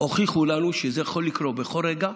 הוכיחו לנו שזה יכול לקרות בכל רגע,